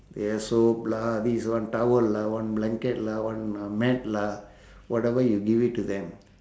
ya soap lah this one towel lah one blanket lah one uh mat lah whatever you give it to them